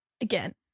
Again